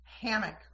Hammock